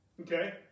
Okay